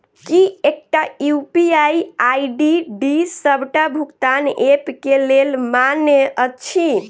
की एकटा UPI ID डी सबटा भुगतान ऐप केँ लेल मान्य अछि?